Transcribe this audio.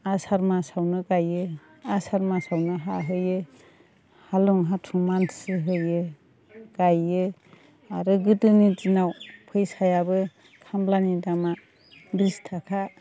आसार मासावनो गायो आसार मासावनो हाहैयो हालुं हाथुं मानसि होयो गायो आरो गोदोनि दिनाव फैसायाबो खामलानि दामा बिस थाखा